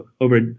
over